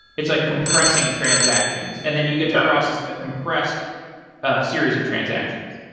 it's like compressing transactions, and then you get to process that compressed series of transactions.